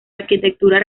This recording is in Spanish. arquitectura